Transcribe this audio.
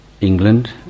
England